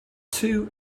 two